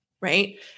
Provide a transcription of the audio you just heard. Right